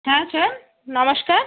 হ্যাঁ কে নমস্কার